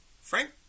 Frank